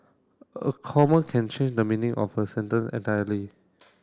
a comma can change the meaning of a sentence entirely